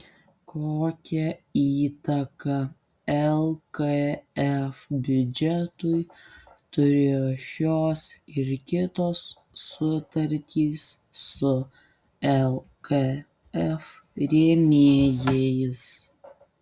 kokią įtaką lkf biudžetui turėjo šios ir kitos sutartys su lkf rėmėjais